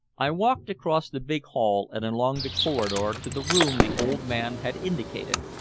i walked across the big hall and along the corridor to the room the old man had indicated.